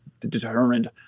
determined